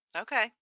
okay